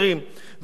ואני אענה, ברשותכם,